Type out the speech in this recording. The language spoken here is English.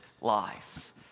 life